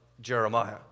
Jeremiah